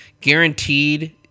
guaranteed